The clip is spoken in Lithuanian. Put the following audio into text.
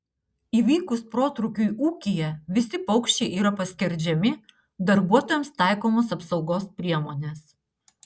įvykus protrūkiui ūkyje visi paukščiai yra paskerdžiami darbuotojams taikomos apsaugos priemonės